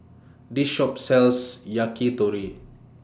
This Shop sells Yakitori